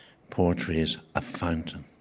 poetry is a fountain.